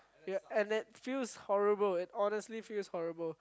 and it feels horrible it honestly feels horrible